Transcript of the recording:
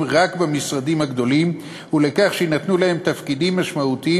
רק במשרדים הגדולים ולכך שיינתנו להם תפקידים משמעותיים